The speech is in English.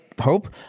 hope